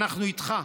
אנחנו איתך.